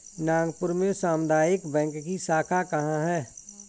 नागपुर में सामुदायिक बैंक की शाखा कहाँ है?